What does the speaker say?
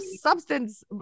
substance